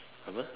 apa